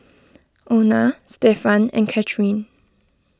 Ona Stefan and Cathryn